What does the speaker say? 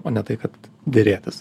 o ne tai kad derėtis